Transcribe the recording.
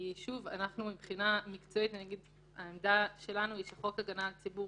כי העמדה שלנו היא שחוק ההגנה על הציבור